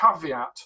caveat